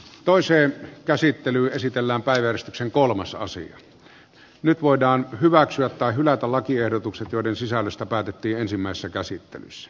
toiseen käsittelyyn esitellään päivystyksen kolmas asia on nyt voidaan hyväksyä tai hylätä lakiehdotukset joiden sisällöstä päätettiin ensimmäisessä käsittelyssä